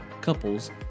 couples